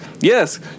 Yes